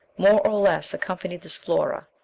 more or less accompanied this flora,